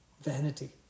vanity